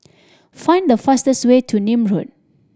find the fastest way to Nim Road